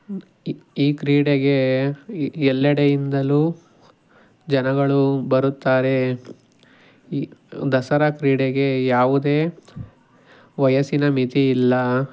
ಈ ಈ ಕ್ರೀಡೆಗೆ ಎಲ್ಲೆಡೆಯಿಂದಲೂ ಜನಗಳು ಬರುತ್ತಾರೆ ಈ ದಸರಾ ಕ್ರೀಡೆಗೆ ಯಾವುದೇ ವಯಸ್ಸಿನ ಮಿತಿ ಇಲ್ಲ